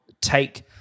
take